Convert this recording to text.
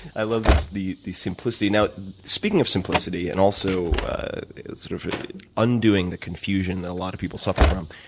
i love this the the simplicity. now speaking of simplicity, and also sort of undoing the confusion that a lot of people suffer from,